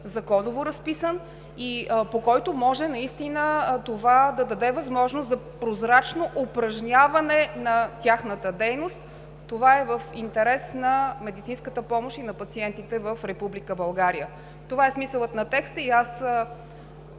законово разписан и който може наистина да даде възможност за прозрачно упражняване на тяхната дейност. Това е в интерес на медицинската помощ и на пациентите в Република България. Това е смисълът на текста и аз